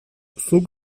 zuk